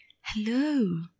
hello